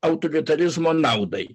autoritarizmo naudai